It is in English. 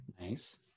Nice